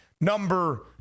number